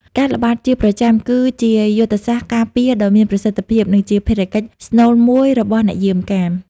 ការល្បាតជាប្រចាំគឺជាយុទ្ធសាស្ត្រការពារដ៏មានប្រសិទ្ធភាព និងជាភារកិច្ចស្នូលមួយរបស់អ្នកយាមកាម។